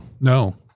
No